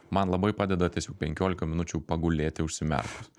man labai padeda tiesiog penkiolika minučių pagulėti užsimerkus